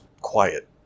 quiet